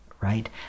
right